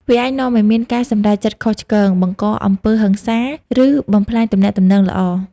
វាអាចនាំឲ្យមានការសម្រេចចិត្តខុសឆ្គង បង្កអំពើហិង្សា ឬបំផ្លាញទំនាក់ទំនងល្អ។